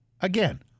Again